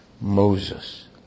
Moses